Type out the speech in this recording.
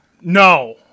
no